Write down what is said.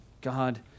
God